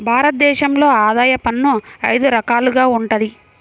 భారత దేశంలో ఆదాయ పన్ను అయిదు రకాలుగా వుంటది